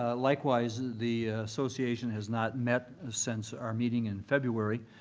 ah likewise, the association has not met since our meeting in february.